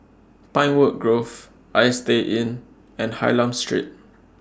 Pinewood Grove Istay Inn and Hylam Street